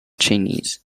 chinese